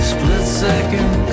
Split-second